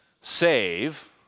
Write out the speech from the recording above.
save